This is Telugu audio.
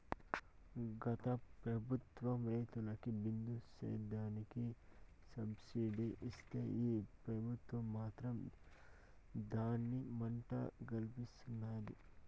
గత పెబుత్వం రైతులకి బిందు సేద్యానికి సబ్సిడీ ఇస్తే ఈ పెబుత్వం మాత్రం దాన్ని మంట గల్పినాది